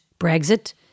Brexit